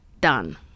done